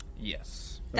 Yes